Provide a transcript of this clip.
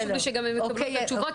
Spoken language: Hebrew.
חשוב לי שגם הם יקבלו את התשובות,